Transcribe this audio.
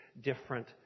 different